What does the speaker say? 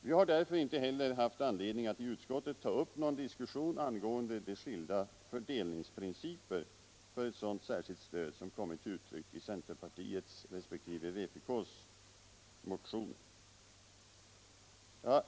Vi har därför inte heller haft anledning att i utskottet ta upp någon diskussion angående de skilda fördelningsprinciper för ett sådant särskilt stöd som kommit till uttryck i centerpartiets resp. vpk:s motioner.